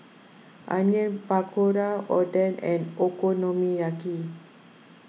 Onion Pakora Oden and Okonomiyaki